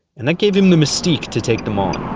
and that gave him the mystique to take them on.